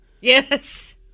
Yes